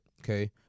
okay